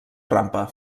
rampa